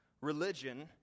religion